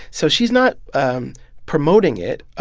so she's not um promoting it.